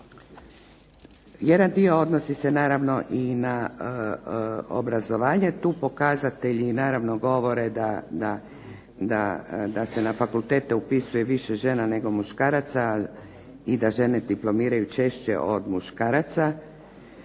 Jedan dio odnosi se naravno i na obrazovanje. Tu pokazatelji naravno govore da se na fakultete upisuje više žena, nego muškaraca i da žene diplomiraju češće od muškaraca.